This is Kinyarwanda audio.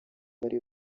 bari